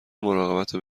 مراقبت